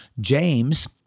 James